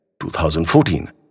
2014